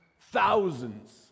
Thousands